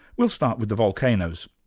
we'll start with the volcanoes.